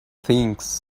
things